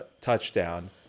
touchdown